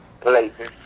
places